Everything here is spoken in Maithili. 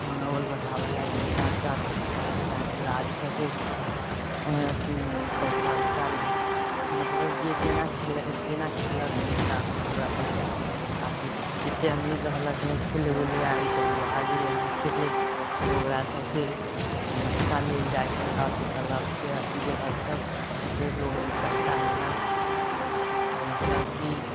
मनोबल बढ़ाओल जाइत छै एहिके साथ साथ यहाँ खेलाड़ीसभ अथि पैसा वैसा मतलब जे जेना खेल जेना खेललक ओहि हिसाबसँ ओकरा पैसा आयल आब जे कतेक अमीर रहलक नहि खेलय वेलय आयल तऽ ओ आ गयलक एहिमे खेलय तऽ ओकरा सभसँ पैसा लेल जाइत छै कथि क्लबके अथि जे होइत छै पेड ओ पैसा लेलक मतलब कि